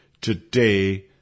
today